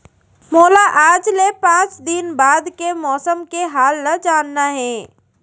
मोला आज ले पाँच दिन बाद के मौसम के हाल ल जानना हे?